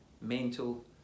mental